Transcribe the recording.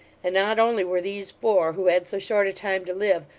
and not only were these four who had so short a time to live,